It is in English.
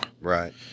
right